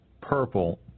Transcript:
purple